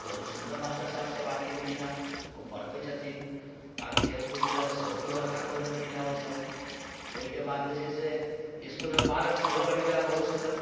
बहुत सुन्दर मास्टर साहब सभ आबि गेलखिन हेँ ओ पढ़बैत छथिन आ खेलकूदके लेल सेहो व्यवस्था कऽ देलखिन हेँ ओसभ ओहिके बाद जे छै से इस्कुलमे पार्क सेहो बनि गेल हे बहुत सुन्दर